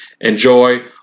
Enjoy